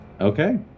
Okay